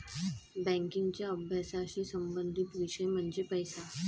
बँकिंगच्या अभ्यासाशी संबंधित विषय म्हणजे पैसा